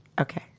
Okay